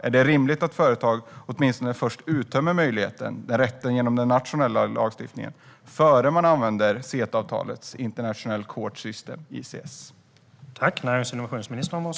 Är det rimligt att företag åtminstone först uttömmer möjligheten till den rätten genom den nationella lagstiftningen innan man använder CETA-avtalets International Court System, ICS?